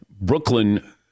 Brooklyn